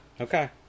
Okay